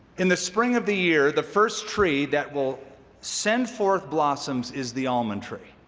in the spring of the year the first tree that will send forth blossoms is the almond tree.